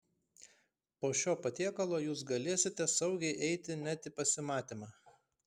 po šio patiekalo jūs galėsite saugiai eiti net į pasimatymą